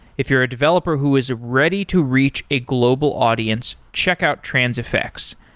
if you're a developer who is ready to reach a global audience, check out transifex.